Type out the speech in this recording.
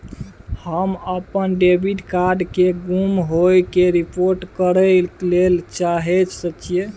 हम अपन debit card के गुम होय के रिपोर्ट करय ले चाहय छियै